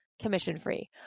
commission-free